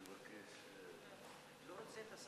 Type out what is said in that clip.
אדוני היושב-ראש,